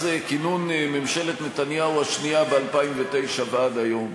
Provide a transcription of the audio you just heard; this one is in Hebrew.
כינון ממשלת נתניהו השנייה ב-2009 ועד היום